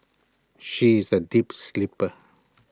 she is A deep sleeper